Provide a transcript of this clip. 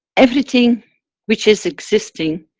everything which is existing